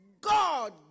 God